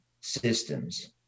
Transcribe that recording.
systems